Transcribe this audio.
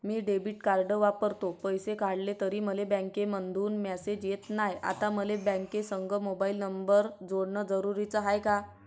मी debit card वापरतो, पैसे काढले तरी मले बँकेमंधून मेसेज येत नाय, आता मले बँकेसंग मोबाईल नंबर जोडन जरुरीच हाय का?